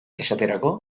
esaterako